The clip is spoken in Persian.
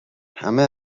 همه